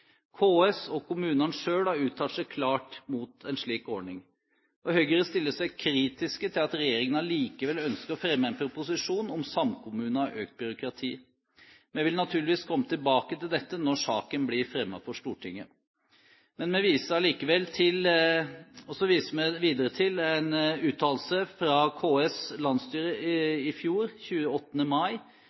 KS og kommunene selv har uttalt seg klart mot en slik ordning, og Høyre stiller seg kritisk til at regjeringen allikevel ønsker å fremme en proposisjon om samkommuner og økt byråkrati. Vi vil naturligvis komme tilbake til dette når saken blir fremmet for Stortinget. Vi viser videre til en uttalelse fra KS' landsstyre i fjor, 28. mai,